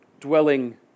dwelling